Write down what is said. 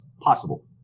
possible